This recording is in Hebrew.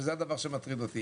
וזה הדבר שמטריד אותי,